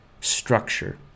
structure